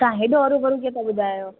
तव्हां हेॾो हरू भरू कीअं था ॿुधायो